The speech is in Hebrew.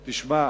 תשמע,